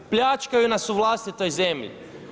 Pljačkaju nas u vlastitoj zemlji.